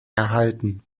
erhalten